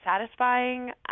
satisfying